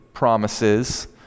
promises